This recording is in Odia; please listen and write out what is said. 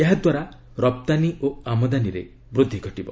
ଏହାଦ୍ୱାରା ରପ୍ତାନୀ ଓ ଆମଦାନୀରେ ବୃଦ୍ଧି ଘଟିବ